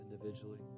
individually